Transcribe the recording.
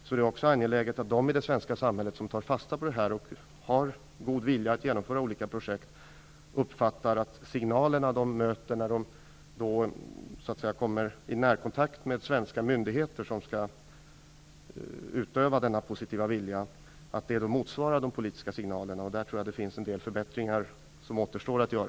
Det är därför också angeläget att de som tar fasta på det här och har god vilja att genomföra olika projekt uppfattar att signalerna de möter när de kommer i närkontakt med svenska myndigheter som skall utöva denna positiva vilja motsvarar de politiska signalerna. Jag tror att det återstår att göra en del förbättringar.